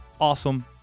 Awesome